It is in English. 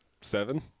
seven